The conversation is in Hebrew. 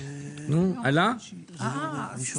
הצהרה"